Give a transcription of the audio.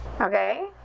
Okay